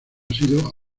sido